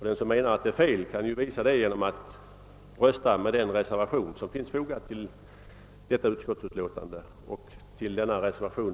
Den som anser att det är fel kan visa det genom att rösta med den reservation som är fogad till utlåtandet. Jag yrkar bifall till denna reservation.